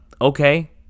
okay